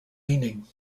leaning